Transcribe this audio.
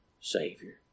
Savior